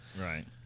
Right